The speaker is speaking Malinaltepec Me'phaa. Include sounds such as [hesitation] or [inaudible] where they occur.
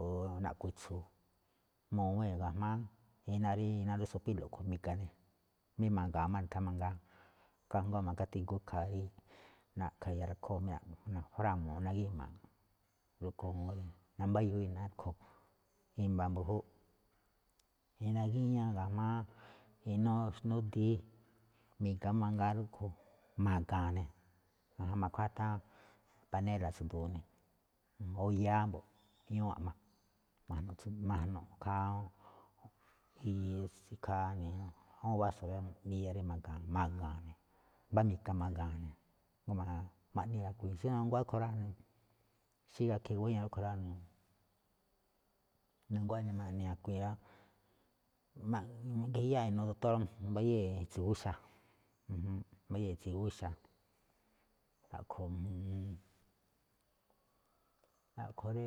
O na̱ꞌkho̱ itsu̱u̱ mu̱wee̱n ga̱jma̱á iná, iná rí sopílo̱ꞌ a̱ꞌkhue̱n mi̱ga̱ ne̱, jamí ma̱ga̱a̱n tháan mangaa, kajngó ma̱ka̱tígú ikhaa rí na̱ꞌkha̱ iya rakhóo̱ jamí najrámu̱u̱ꞌ nagíma̱a̱ꞌ, rúꞌkhue̱n juun nambáyúu iná rúꞌkhue̱n. I̱mba̱ mbu̱júꞌ iná gíñá ga̱jma̱á inúu xndúdiiꞌ mi̱ga máꞌ mangaa rúꞌkhue̱n [noise] ma̱ga̱a̱n ne̱, ma̱khuáa tháan panéla̱ꞌ tsu̱du̱u̱ ne̱, o yáá mbo̱ꞌ, [noise] ñúú a̱ꞌma, ma̱jno̱ꞌ ikhaa, ikhaa awúun báso̱ iya rí ma̱ga̱a̱n, mbá mika ma̱ga̱a̱ ne̱, jngó ma̱ꞌnii̱ a̱kuii̱n. Xí na̱nguá rúꞌkhue̱n rá, xí gakhi̱i̱ guéño rúꞌkhue̱n rá, ja̱ꞌnee na̱nguá eꞌne ma̱ꞌnii̱ a̱kuii̱n rá, mi̱ꞌgijiꞌyáa̱ inuu doktor, mbayée̱ itso̱ gúxa̱, mbayée̱ itso̱ gúxa̱. [noise] a̱ꞌkhue̱n, [hesitation] aꞌkhue̱n rí